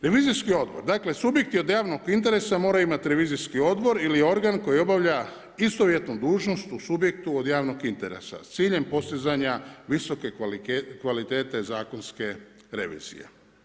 Revizijski odbor, dakle subjekti od javnog interesa moraju imati revizijski odbor ili organ koji obavlja istovjetnu dužnost u subjektu od javnog interesa s ciljem postizanja visoke kvalitete zakonske revizije.